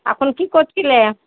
এখন কী করছিলে